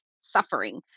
suffering